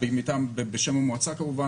בשם המועצה כמובן,